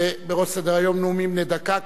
ובראש סדר-היום נאומים בני דקה.